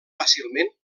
fàcilment